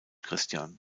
christian